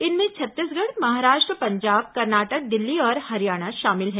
इनमें छत्तीसगढ़ महाराष्ट्र पंजाब कर्नाटक दिल्ली और हरियाणा शामिल हैं